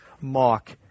mock